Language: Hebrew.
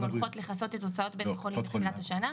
הולכות לכסות את הוצאות בית החולים מתחילת השנה,